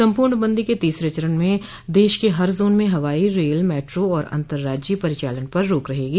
संपूर्ण बंदी के तीसरे चरण में देश के हर जोन में हवाई रेल मेट्रो और अंतर्राजीय परिचालन पर रोक रहेगी